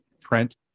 Trent